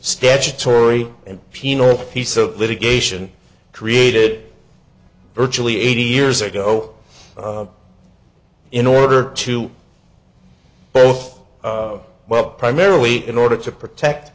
statutory and penal piece of litigation created virtually eighty years ago in order to both well primarily in order to protect